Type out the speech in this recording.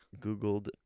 Googled